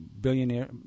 billionaire